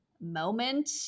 moment